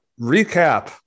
recap